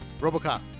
Robocop